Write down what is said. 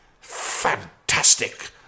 Fantastic